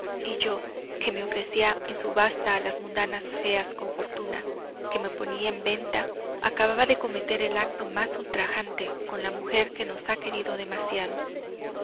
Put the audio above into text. y yo que me ofrecía en subasta a las mundanas feas con fortuna que me ponía en venta acababa de cometer el acto más ultrajante con la mujer que nos ha querido demasiado